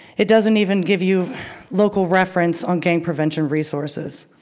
it doesn't even give you local reference on gang prevention resources.